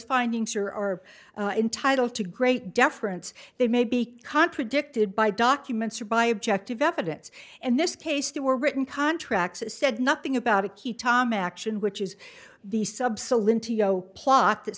findings or are entitled to great deference they may be contradicted by documents or by objective evidence and this case there were written contract said nothing about a key tom action which is the